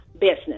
business